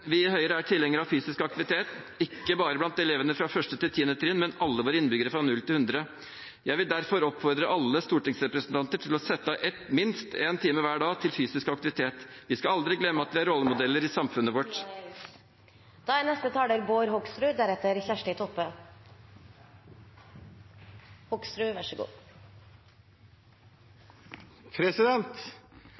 Vi i Høyre er tilhengere av fysisk aktivitet, ikke bare blant elevene fra 1. til 10. trinn, men hos alle våre innbyggere, fra 0 til 100. Jeg vil derfor oppfordre alle stortingsrepresentanter til å sette av minst én time hver dag til fysisk aktivitet. Vi skal aldri glemme at vi er rollemodeller i samfunnet vårt. Jeg er